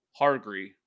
Hargree